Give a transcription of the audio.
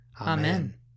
Amen